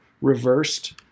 reversed